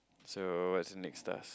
so what is the next task